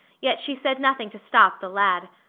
yet she said nothing to stop the lad.